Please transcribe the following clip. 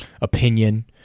opinion